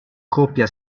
coppia